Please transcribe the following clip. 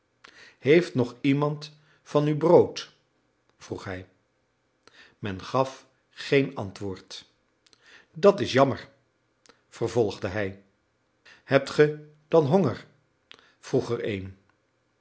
heeft nog iemand van u brood vroeg hij men gaf geen antwoord dat is jammer vervolgde hij hebt ge dan honger vroeg er een